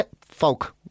folk